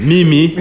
Mimi